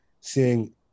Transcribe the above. seeing